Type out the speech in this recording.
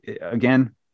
again